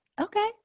Okay